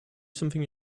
something